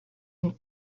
and